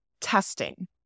testing